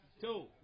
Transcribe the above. Two